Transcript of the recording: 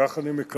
כך אני מקווה,